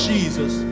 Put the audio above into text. Jesus